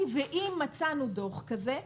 אם מצאנו דוח כזה,